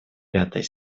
пятой